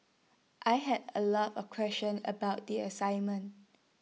I had A lot of questions about the assignment